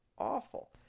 awful